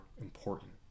important